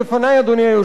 אדוני היושב-ראש,